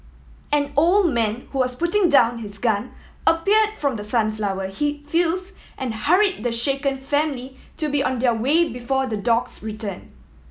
an old man who was putting down his gun appeared from the sunflower he fields and hurried the shaken family to be on their way before the dogs return